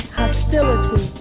hostility